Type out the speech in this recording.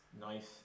nice